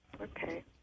Okay